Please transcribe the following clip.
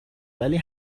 ولی